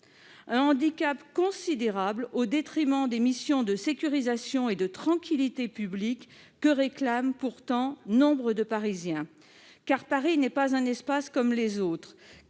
un handicap considérable pour assurer les missions de sécurisation et de tranquillité publique que réclament pourtant de nombreux Parisiens. En effet, Paris n'est pas un espace comme les autres.